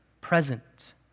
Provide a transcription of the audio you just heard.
present